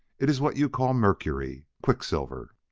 it is what you call mercury quicksilver!